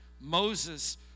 Moses